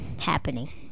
happening